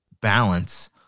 balance